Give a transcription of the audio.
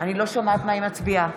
לא סופרים,